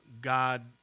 God